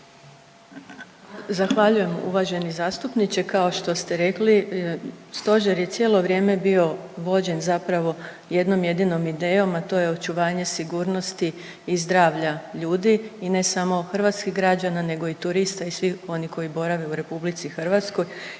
Zahvaljujem uvaženi zastupniče, kao što ste rekli stožer je cijelo vrijeme bio vođen zapravo jednom jedinom idejom, a to je očuvanje sigurnosti i zdravlja ljudi i ne samo hrvatskih građana nego i turista i svih onih koji borave u RH i to